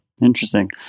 interesting